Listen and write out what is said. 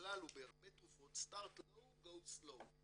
הכלל הוא בהרבה תרופות Start low go slow.